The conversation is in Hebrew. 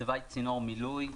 תוואי צינור מילוי,